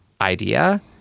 idea